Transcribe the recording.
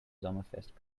sommerfest